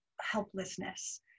helplessness